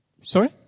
sorry